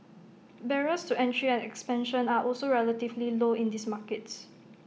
barriers to entry and expansion are also relatively low in these markets